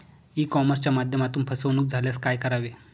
E कॉमर्सच्या माध्यमातून फसवणूक झाल्यास काय करावे?